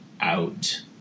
out